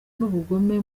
n’ubugome